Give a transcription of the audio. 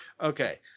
Okay